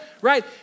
right